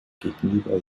gegenüber